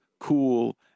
cool